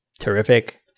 terrific